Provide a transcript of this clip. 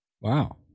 Wow